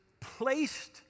placed